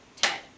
ted